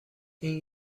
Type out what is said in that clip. این